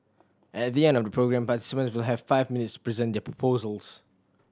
at the end of the programme participants will have five minutes present their proposals